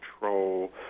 control